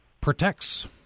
protects